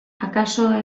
akaso